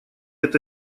это